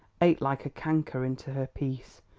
ate like a canker into her peace,